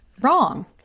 Wrong